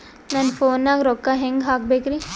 ನನ್ನ ಫೋನ್ ನಾಗ ರೊಕ್ಕ ಹೆಂಗ ಹಾಕ ಬೇಕ್ರಿ?